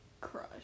crush